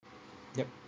yup